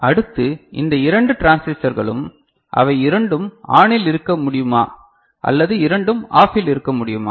அடுத்து இந்த இரண்டு டிரான்சிஸ்டர்களும் அவை இரண்டும் ஆனில் இருக்க முடியுமா அல்லது இரண்டும் ஆஃபில் இருக்க முடியுமா